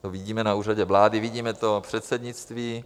To vidíme na Úřadě vlády, vidíme to předsednictví.